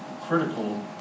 critical